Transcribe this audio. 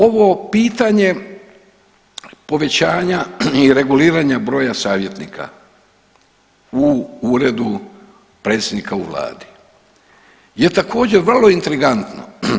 Ovo pitanje povećanja i reguliranja broja savjetnika u uredu predsjednika u vladi je također vrlo intrigantno.